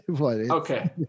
Okay